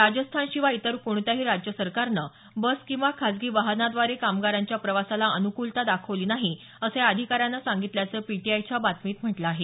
राजस्थानशिवाय इतर कोणत्याही राज्य सरकारने बस किंवा खासगी वाहनाद्वारे कामगारांच्या प्रवासाला अनुकूलता दाखवली नाही असं या अधिकाऱ्यानं सांगितल्याचं पीटीआयच्या बातमीत म्हटलं आहे